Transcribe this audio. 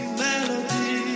melody